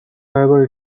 however